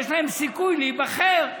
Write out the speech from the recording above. יש להם סיכוי להיבחר,